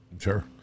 Sure